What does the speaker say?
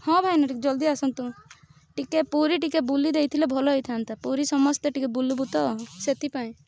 ହଁ ଭାଇନା ଟିକେ ଜଲଦି ଆସନ୍ତୁ ଟିକେ ପୁରୀ ଟିକେ ବୁଲି ଦେଇଥିଲେ ଭଲ ହେଇଥାନ୍ତା ପୁରୀ ସମସ୍ତେ ଟିକେ ବୁଲିବୁ ତ ସେଥିପାଇଁ